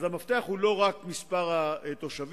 המפתח הוא לא רק מספר התושבים,